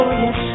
yes